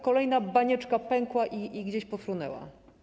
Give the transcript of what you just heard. Kolejna banieczka pękła i gdzieś pofrunęła.